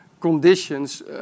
conditions